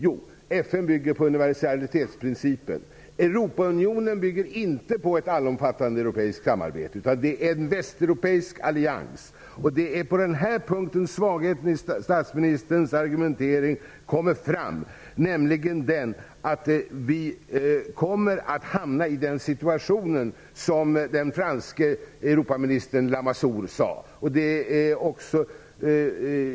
Jo, FN bygger på universalitetsprincipen. Europaunionen bygger inte på ett allomfattande europeiskt samarbete. Det är en västeuropeisk allians. Det är på den här punkten svagheten i statsministerns argumentering kommer fram, nämligen att vi kommer att hamna i den situation som den franske Europaministern Lamassoure sade.